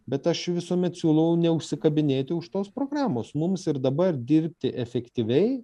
bet aš visuomet siūlau neužsikabinėti už tos programos mums ir dabar dirbti efektyviai